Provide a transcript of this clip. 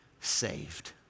saved